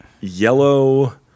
yellow